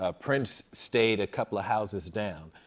ah prince stayed a couple of houses down.